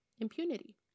impunity